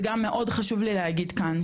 וגם מאוד חשוב לי להגיד כאן,